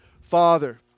father